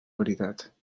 veritat